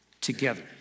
together